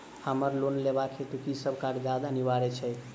हमरा लोन लेबाक हेतु की सब कागजात अनिवार्य छैक?